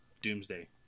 Doomsday